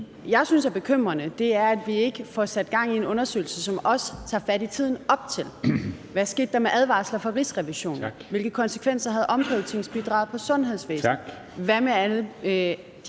er, at vi ikke får sat i gang i en undersøgelse, som også tager fat i tiden op til. Hvad skete der med advarsler fra Rigsrevisionen? Hvilke konsekvenser havde omprioriteringsbidraget for sundhedsvæsenet? Hvad med alle